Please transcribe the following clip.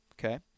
Okay